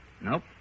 Nope